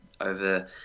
over